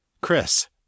Chris